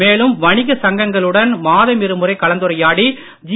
மேலும் வணிக சங்கங்களுடன் மாதமிருமுறை கலந்துரையாடி ஜி